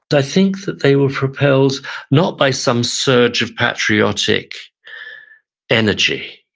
but i think that they were propelled not by some surge of patriotic energy,